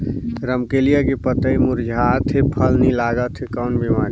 रमकलिया के पतई मुरझात हे फल नी लागत हे कौन बिमारी हे?